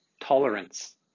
tolerance